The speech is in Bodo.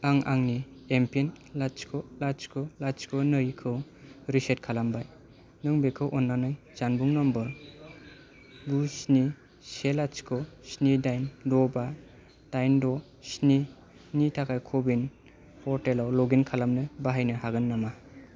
आं आंनि एम पिन लाथिख' लाथिख' लाथिख' नै खौ रिसेट खालामबाय नों बेखौ अन्नानै जानबुं नम्बर गु सिनि से लाथिख' सिनि दाइन द' बा दाइन द' सिनि नि थाखाय कविन पर्टेलाव लगइन खालामनो बाहायनो हागोन नामा